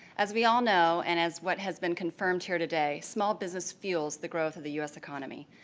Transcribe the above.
as we all know and as what has been confirmed here today, small business fuels the growth of the us economy.